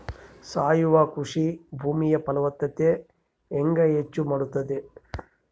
ಸಾವಯವ ಕೃಷಿ ಭೂಮಿಯ ಫಲವತ್ತತೆ ಹೆಂಗೆ ಹೆಚ್ಚು ಮಾಡುತ್ತದೆ?